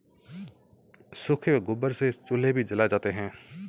सूखे हुए गोबर से चूल्हे भी जलाए जाते हैं